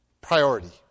priority